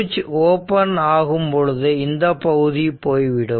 சுவிட்ச் ஓபன் ஆகும் பொழுது இந்தப் பகுதி போய்விடும்